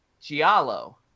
giallo